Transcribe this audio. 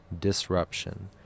Disruption